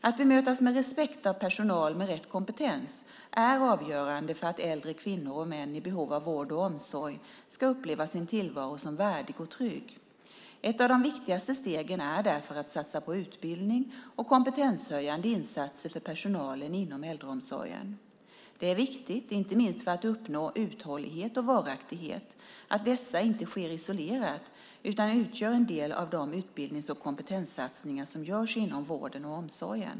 Att bemötas med respekt av personal med rätt kompetens är avgörande för att äldre kvinnor och män i behov av vård och omsorg ska uppleva sin tillvaro som värdig och trygg. Ett av de viktigaste stegen är därför att satsa på utbildning och kompetenshöjande insatser för personalen inom äldreomsorgen. Det är viktigt, inte minst för att uppnå uthållighet och varaktighet, att dessa inte sker isolerat utan utgör en del av de utbildnings och kompetenssatsningar som görs inom vården och omsorgen.